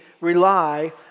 rely